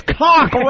cock